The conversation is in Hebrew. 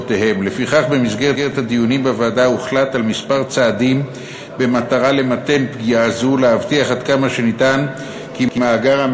במסגרת הדיונים בוועדת החוקה טענו רשויות האכיפה כי הן